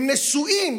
הם נשואים,